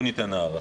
לא ניתן הארכה.